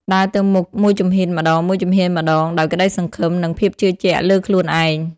ដើរទៅមុខមួយជំហានម្តងៗ ដោយក្តីសង្ឃឹម និងភាពជឿជាក់លើខ្លួនឯង។